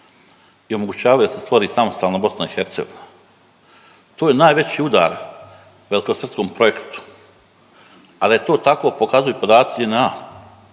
i omogućavaju da se stvori samostalna BiH. To je najveći udar velikosrpskom projektu, a da je to tako pokazuju podaci JNA